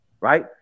Right